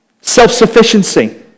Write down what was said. Self-sufficiency